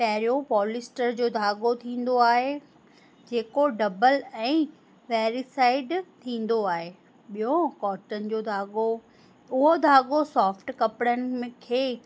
पहिरियों पोलिस्टर जो धागो थींदो आहे जेको डबल ऐं पेरिसाइड थींदो आहे ॿियो कॉटन जो धागो उहो धागो सॉफ्ट कपिड़नि में खे